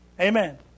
Amen